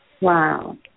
Wow